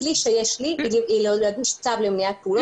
הכלי שיש לי הוא להגיש צו למניעת פעולות.